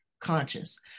conscious